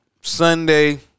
Sunday